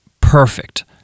perfect